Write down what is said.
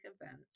event